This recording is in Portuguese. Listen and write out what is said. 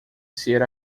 ser